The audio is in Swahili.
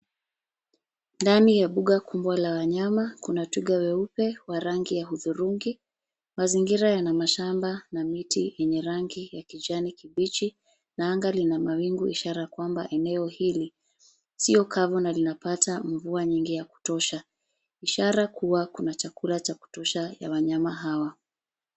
Ndani ya mbuga kubwa la wanyama kuna twiga weupe wa rangi ya hudhurungi. Mazingira yana mashamba na miti yenye rangi ya kijani kibichi, na anga lina mawingu ishara kwamba eneo hili sio kavu na linapata mvua nyingi ya kutosha; ishara kua kuna chakula cha kutosha ya wanyama hawa.